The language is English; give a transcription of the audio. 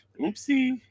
Oopsie